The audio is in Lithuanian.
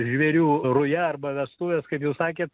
žvėrių ruja arba vestuvės kaip jūs sakėt